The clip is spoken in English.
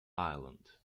island